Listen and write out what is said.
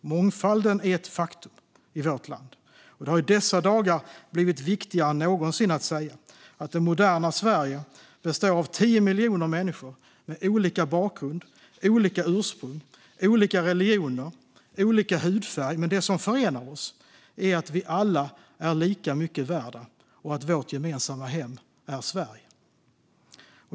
Mångfalden är ett faktum i vårt land, och det har i dessa dagar blivit viktigare än någonsin att säga att det moderna Sverige består av 10 miljoner människor med olika bakgrund, olika ursprung, olika religioner och olika hudfärg. Men det som förenar oss är att vi alla är lika mycket värda och att vårt gemensamma hem är Sverige.